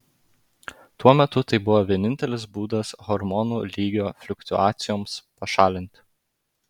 tuo metu tai buvo vienintelis būdas hormonų lygio fliuktuacijoms pašalinti